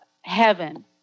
heaven